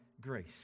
grace